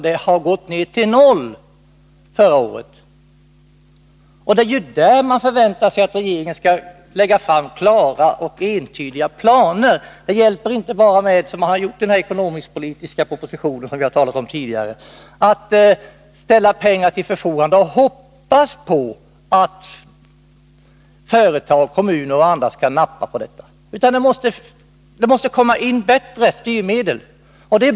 Det har gått ned till noll förra året. Och det är där man förväntar sig att regeringen skall lägga fram klara och entydiga planer. Det hjälper inte bara med — som i den ekonomisk-politiska propositionen, som vi har talat om tidigare — att ställa pengar till förfogande och hoppas på att företag, kommuner och andra skall nappa, utan det måste komma in bättre styrmedel.